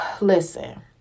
listen